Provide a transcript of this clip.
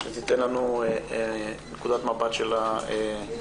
שתיתן לנו נקודת מבט של הנפגעת.